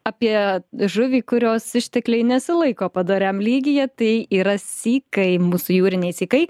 apie žuvį kurios ištekliai nesilaiko padoriam lygyje tai yra sykai mūsų jūriniai sykai